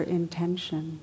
intention